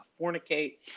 fornicate